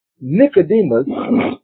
Nicodemus